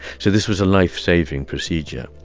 so this was a life-saving procedure,